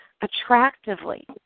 attractively